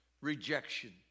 rejection